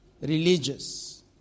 religious